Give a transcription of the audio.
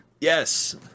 Yes